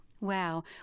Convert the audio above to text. Wow